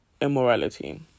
immorality